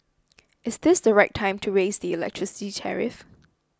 is this the right time to raise the electricity tariff